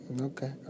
Okay